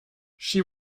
she